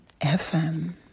FM